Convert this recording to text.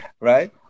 right